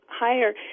higher